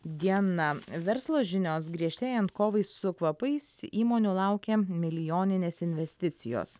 diena verslo žinios griežtėjant kovai su kvapais įmonių laukia milijoninės investicijos